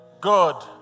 God